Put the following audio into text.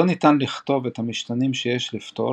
לא ניתן לכתוב את המשתנים שיש לפתור